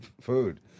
food